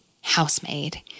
housemaid